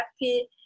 happy